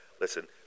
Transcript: listen